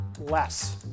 less